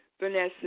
Vanessa